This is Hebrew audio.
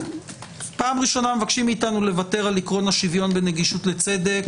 פעם ראשונה מבקשים מאתנו לוותר על עיקרון השוויון בנגישות לצדק?